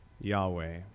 Yahweh